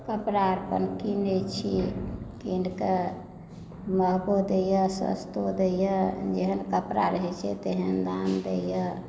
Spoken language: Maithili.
कपड़ा आओर अपन किनैत छी कीन कऽ महगो दैए सस्तो दैए जेहन कपड़ा रहैत छै तेहन दाम दैए